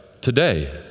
today